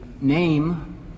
name